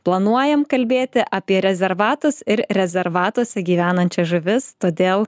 planuojam kalbėti apie rezervatus ir rezervatuose gyvenančias žuvis todėl